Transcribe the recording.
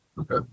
Okay